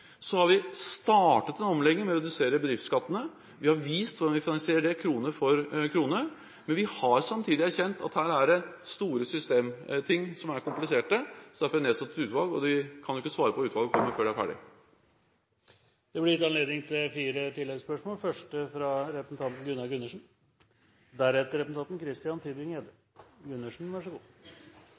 Så har vi startet en omlegging med å redusere bedriftsskattene. Vi har vist hvordan vi finansierer det, krone for krone, men vi har samtidig erkjent at her er det store systemting som er kompliserte. Derfor har vi nedsatt et utvalg, men utvalget kan jo ikke svare før det er ferdig. Det blir fire oppfølgingsspørsmål – første spørsmål er fra Gunnar Gundersen.